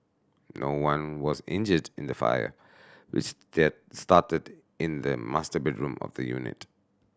no one was injured in the fire which get started in the master bedroom of the unit